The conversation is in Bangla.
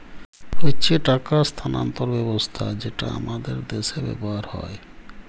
হচ্যে টাকা স্থানান্তর ব্যবস্থা যেটা হামাদের দ্যাশে ব্যবহার হ্যয়